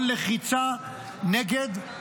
כל לחיצה נגד,